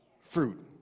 fruit